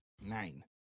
Nine